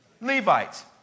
Levites